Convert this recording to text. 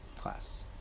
class